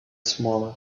smaller